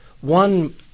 One